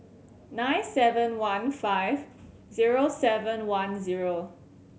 nine seven one five zero seven one zero